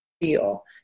feel